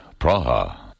Praha